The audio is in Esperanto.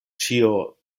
ĉio